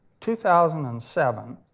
2007